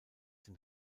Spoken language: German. den